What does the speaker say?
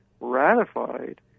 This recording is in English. ratified